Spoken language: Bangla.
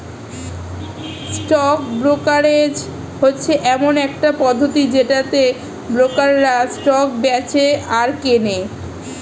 স্টক ব্রোকারেজ হচ্ছে এমন একটা পদ্ধতি যেটাতে ব্রোকাররা স্টক বেঁচে আর কেনে